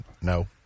No